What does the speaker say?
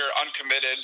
uncommitted